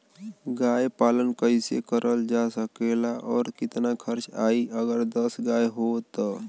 गाय पालन कइसे करल जा सकेला और कितना खर्च आई अगर दस गाय हो त?